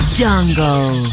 jungle